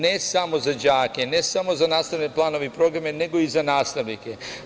Ne samo za đake, ne samo za nastavne planove i programe, nego i za nastavnike.